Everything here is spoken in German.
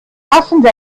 passende